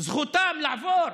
זכותם לעבור,